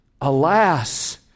Alas